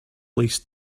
least